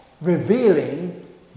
revealing